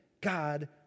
God